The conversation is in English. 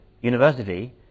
University